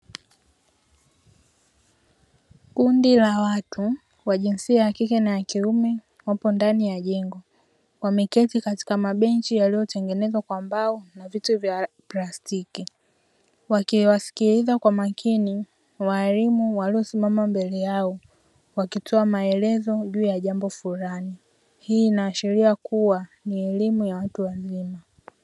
Kundi la watu wa jinsia ya kike na ya kiume wapo ndani ya jengo wameketi katika mabenchi yaliyotengenezwa kwa mbao na viti vya plastiki wakiwasikiliza kwa makini walimu waliosimama mbele yao wakitoa maelezo juu ya jambo fulani, hii inaashiria kuwa ni elimu ya watu wazima.